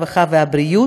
הרווחה והבריאות,